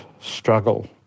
struggle